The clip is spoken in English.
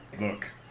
Look